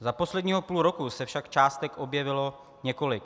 Za posledního půl roku se však částek objevilo několik.